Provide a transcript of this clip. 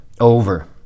over